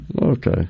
Okay